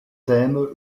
thèmes